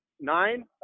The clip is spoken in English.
nine